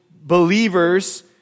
believers